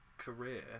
Career